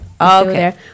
okay